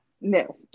No